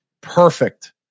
perfect